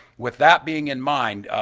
with that being in mind,